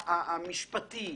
המשפטי,